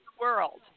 world